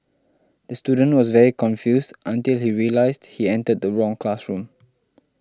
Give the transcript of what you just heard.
the student was very confused until he realised he entered the wrong classroom